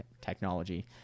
technology